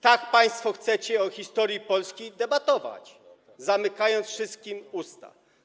Tak państwo chcecie o historii Polski debatować, zamykając wszystkim usta.